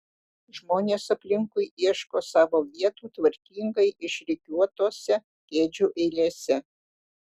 žmonės aplinkui ieško savo vietų tvarkingai išrikiuotose kėdžių eilėse